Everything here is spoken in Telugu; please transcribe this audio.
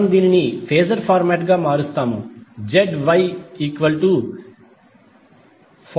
మనము దీనిని ఫేజర్ ఫార్మాట్గా మారుస్తాము ZY40j2547